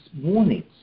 warnings